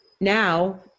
Now